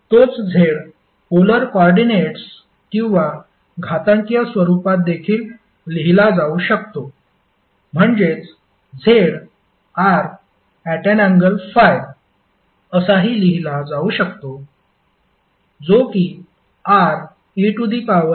तोच z polar coordinates किंवा घातांकीय स्वरुपात देखील लिहिला जाऊ शकतो म्हणजेच z r∠∅ असाही लिहिला जाऊ शकतो जो कि rej∅ आहे